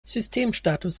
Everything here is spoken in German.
systemstatus